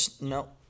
No